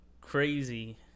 crazy